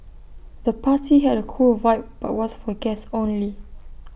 the party had A cool vibe but was for guests only